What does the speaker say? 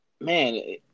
Man